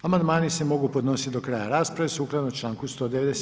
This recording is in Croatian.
Amandmani se mogu podnositi do kraja rasprave sukladno članku 197.